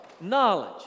knowledge